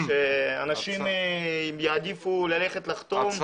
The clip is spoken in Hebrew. ברור שאנשים יעדיפו ללכת לחתום ולוותר.